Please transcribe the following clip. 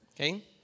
Okay